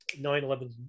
9-11